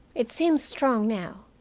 it seems strong now,